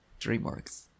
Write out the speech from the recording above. Dreamworks